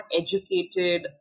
educated